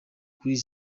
kuri